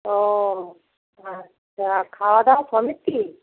ও আচ্ছা আর খাওয়া দাওয়া সমেত কি